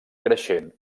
creixent